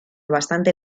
bastante